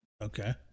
Okay